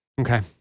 Okay